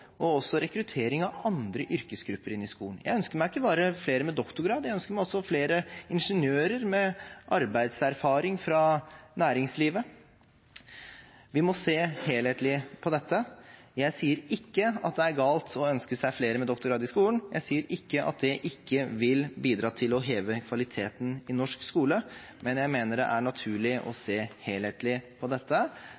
og også i sammenheng med rekruttering av andre yrkesgrupper inn i skolen. Jeg ønsker meg ikke bare flere med doktorgrad, jeg ønsker meg også flere ingeniører med arbeidserfaring fra næringslivet. Vi må se helhetlig på dette. Jeg sier ikke at det er galt å ønske seg flere med doktorgrad i skolen, jeg sier ikke at det ikke vil bidra til å heve kvaliteten i norsk skole, men jeg mener det er naturlig å